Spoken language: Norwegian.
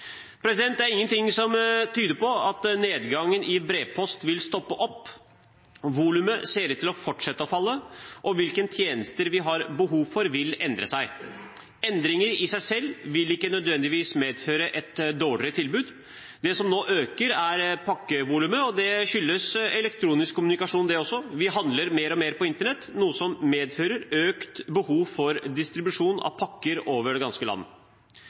Det er ingen ting som tyder på at nedgangen i brevpost vil stoppe opp. Volumet ser ut til å fortsette å falle, og hvilke tjenester vi har behov for, vil endre seg. Endringer i seg selv vil ikke nødvendigvis medføre et dårligere tilbud. Det som nå øker, er pakkevolumet, og det skyldes elektronisk kommunikasjon, det også. Vi handler mer og mer på internett, noe som medfører økt behov for distribusjon av pakker over det ganske land.